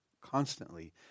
constantly